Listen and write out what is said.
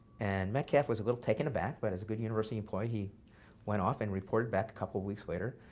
and metcalf was a little taken aback, but as a good university employee he went off and reported back a couple of weeks later.